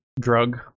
drug